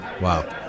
Wow